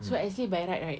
so actually by right right